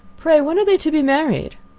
pray, when are they to be married?